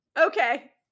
Okay